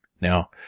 Now